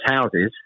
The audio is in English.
houses